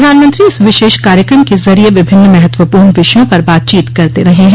प्रधानमंत्री इस विशेष कार्यक्रम के ज़रिये विभिन्न महत्वपूर्ण विषयों पर बातचीत करते रहे हैं